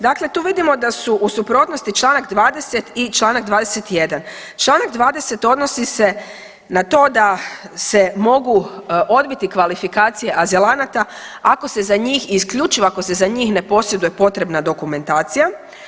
Dakle, tu vidimo da su u suprotnosti Članka 20. i Članak 21., Članak 20. odnosi se na to da se mogu odbiti kvalifikacije azilanata ako se za njih, isključivo ako se za njih ne posjeduje potrebna dokumentacija.